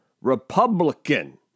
REPUBLICAN